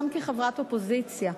גם כחברת האופוזיציה,